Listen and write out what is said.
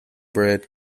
bread